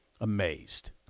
Amazed